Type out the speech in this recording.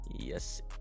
Yes